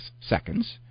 seconds